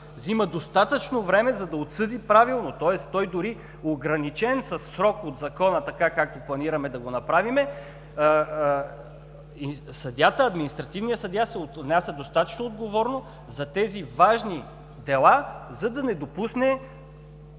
взима достатъчно време, за да отсъди правилно. Тоест той дори е ограничен със срок от Закона – така, както планираме да го направим. Административният съдия се отнася достатъчно отговорно за тези важни дела, за да не допусне…